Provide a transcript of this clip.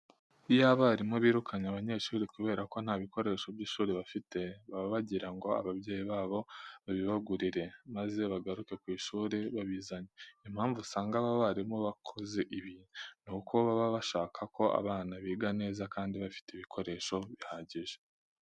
Iyo abarimu birukanye abanyeshuri kubera ko nta bikoresho by'ishuri bafite, baba bagira ngo ababyeyi babo babibagurire maze bagaruke ku ishuri babizanye. Impamvu usanga aba barimu bakoze ibi, nuko baba bashaka ko abana biga neza kandi bafite ibikoresho bihagije.